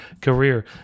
career